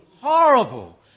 horrible